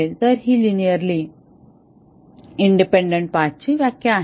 तर ही linearly independent path ची व्याख्या आहे